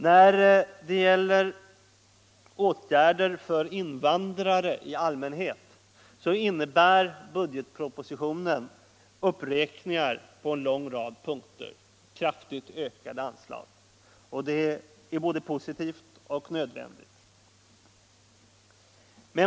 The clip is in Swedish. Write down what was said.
När det gäller åtgärder för invandrare i allmänhet innebär budgetpropositionen kraftigt ökade anslag på en lång rad punkter. Det är både positivt och nödvändigt.